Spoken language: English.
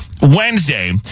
Wednesday